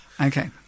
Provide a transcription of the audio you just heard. Okay